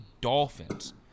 Dolphins